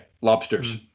Lobsters